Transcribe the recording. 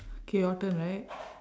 K your turn right